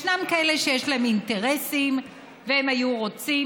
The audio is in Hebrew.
ישנם כאלה שיש להם אינטרסים והם היו רוצים